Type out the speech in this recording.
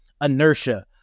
inertia